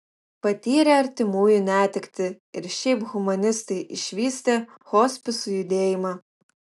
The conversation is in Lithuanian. patyrę artimųjų netektį ir šiaip humanistai išvystė hospisų judėjimą